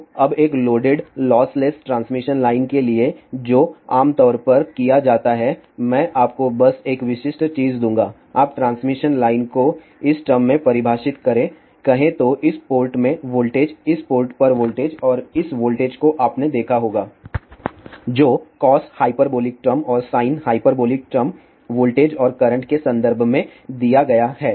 तो अब एक लोडेड लॉसलेस ट्रांसमिशन लाइन के लिए जो आम तौर पर किया जाता है मैं आपको बस एक विशिष्ट चीज दूंगा आप ट्रांसमिशन लाइन को इस टर्म में परिभाषित करे कहे तो इस पोर्ट में वोल्टेज इस पोर्ट पर वोल्टेज और इस वोल्टेज को आपने देखा होगा जो कॉस हाइपरबोलिक टर्म और साइन हाइपरबोलिक टर्म वॉल्टेज और करंट के संदर्भ में में दिया गया है